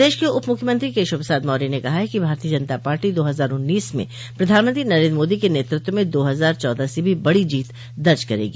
प्रदेश के उप मुख्यमंत्री केशव प्रसाद मौर्य ने कहा कि भारतीय जनता पार्टी दो हजार उन्नीस में प्रधानमंत्री नरेंद्र मोदी के नेतृत्व में दो हजार चौदह से भी बड़ी जीत दज करेंगी